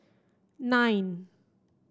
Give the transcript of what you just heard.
nine